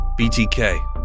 BTK